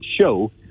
show